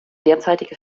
derzeitige